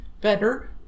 better